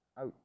out